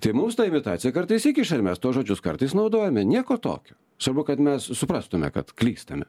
tai mums tą imitaciją kartais įkiša ir mes tuos žodžius kartais naudojame nieko tokio svarbu kad mes suprastume kad klystame